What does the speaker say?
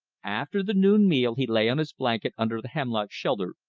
after the noon meal he lay on his blanket under the hemlock shelter,